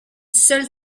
seul